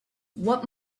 what